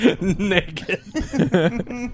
naked